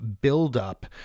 build-up